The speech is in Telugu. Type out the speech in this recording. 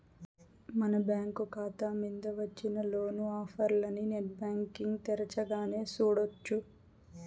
మన బ్యాంకు కాతా మింద వచ్చిన లోను ఆఫర్లనీ నెట్ బ్యాంటింగ్ తెరచగానే సూడొచ్చు